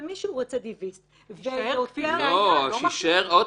ומי שהוא רצידיוויסט ויופיע --- שיישאר כפי שהיה.